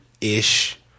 ish